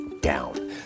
down